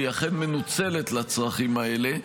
והיא אכן מנוצלת לצרכים האלה.